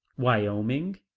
wyoming,